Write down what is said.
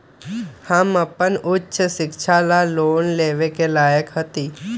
हम अपन उच्च शिक्षा ला लोन लेवे के लायक हती?